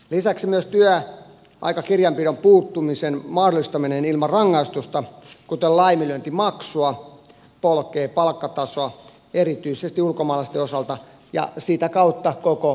lisäksi myös työaikakirjanpidon puuttumisen mahdollistaminen ilman rangaistusta kuten laiminlyöntimaksua polkee palkkatasoa erityisesti ulkomaalaisten osalta ja sitä kautta koko rakennusalalla